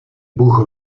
bůh